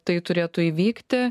tai turėtų įvykti